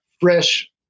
Fresh